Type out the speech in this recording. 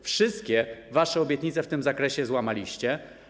Wszystkie wasze obietnice w tym zakresie złamaliście.